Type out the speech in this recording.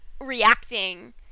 reacting